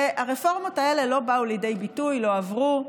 הרפורמות האלה לא באו לידי ביטוי, לא עברו,